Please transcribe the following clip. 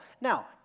Now